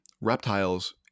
reptiles